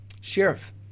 sheriff